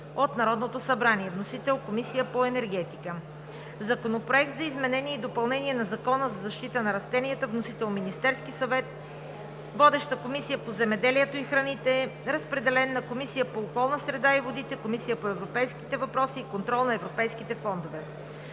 от Народното събрание. Вносител – Комисията по енергетика. Законопроект за изменение и допълнение на Закона за защита на растенията. Вносител – Министерският съвет. Водеща е Комисията по земеделието и храните. Разпределен е на Комисията по околната среда и водите и Комисията по европейските въпроси и контрол на европейските фондове.